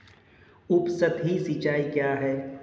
उपसतही सिंचाई क्या है?